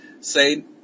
Say